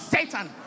Satan